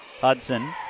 Hudson